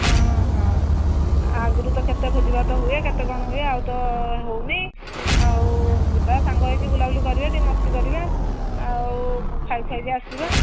ହଁ ହଁ ଆଗରୁ ତ କେତେ ଭୋଜିଭାତ ହୁଏ କେତେ କଣ ହୁଏ ଆଉ ତ ହେଉନି ଆଉ ଯିବା ସାଙ୍ଗ ହେଇକି ବୁଲାବୁଲି କରିବା ଟିକିଏ ମସ୍ତି କରିବା ଆଉ ଖାଇଖୁଆକି ଆସିବା